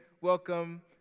welcome